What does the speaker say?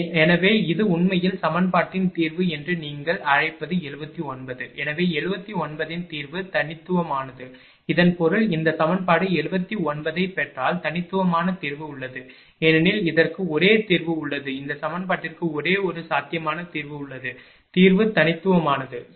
எனவே இது உண்மையில் சமன்பாட்டின் தீர்வு என்று நீங்கள் அழைப்பது 79 எனவே 79 இன் தீர்வு தனித்துவமானது இதன் பொருள் இந்த சமன்பாடு 79 ஐப் பெற்றால் தனித்துவமான தீர்வு உள்ளது ஏனெனில் இதற்கு ஒரே தீர்வு உள்ளது இந்த சமன்பாட்டிற்கு ஒரே ஒரு சாத்தியமான தீர்வு உள்ளது தீர்வு தனித்துவமானது சரி